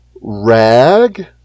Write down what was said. Rag